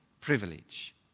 privilege